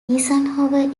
eisenhower